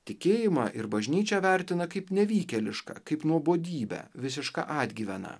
tikėjimą ir bažnyčią vertina kaip nevykėlišką kaip nuobodybę visišką atgyveną